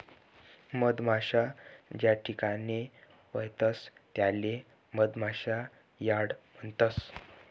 मधमाशा ज्याठिकाणे पायतस त्याले मधमाशा यार्ड म्हणतस